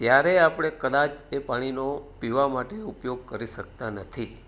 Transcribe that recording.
ત્યારે આપણે કદાચ એ પાણીનો પીવા માટે ઉપયોગ કરી શકતા નથી